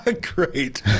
great